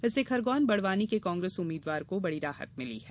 इससे खरगोन बड़वानी के कांग्रेस उम्मीदवार को बड़ी राहत मिली है